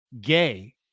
gay